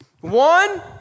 one